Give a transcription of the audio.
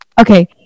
Okay